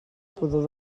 pudor